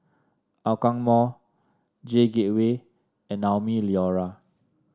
Hougang Mall J Gateway and Naumi Liora